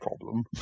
problem